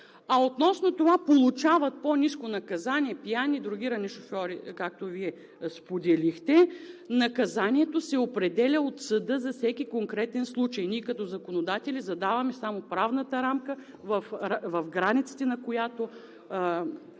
А относно това: „получават по-ниско наказание пияни и дрогирани шофьори“, както Вие споделихте, наказанието се определя от съда за всеки конкретен случай. Ние като законодатели задаваме само правната рамка, в границите на която